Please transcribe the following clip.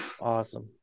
Awesome